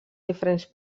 diferents